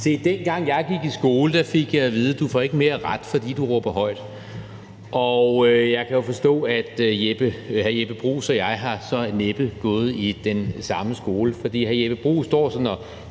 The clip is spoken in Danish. Se, dengang jeg gik i skole, fik jeg at vide: Du får ikke mere ret, fordi du råber højt. Og jeg kan jo forstå, at hr. Jeppe Bruus og jeg så næppe har gået i den samme skole, for hr. Jeppe Bruus står sådan og